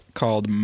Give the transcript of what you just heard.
called